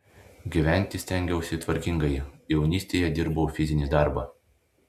gyventi stengiausi tvarkingai jaunystėje dirbau fizinį darbą